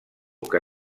que